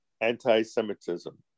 anti-Semitism